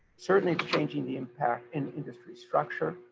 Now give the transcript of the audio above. certainly changing the impact in industry structure.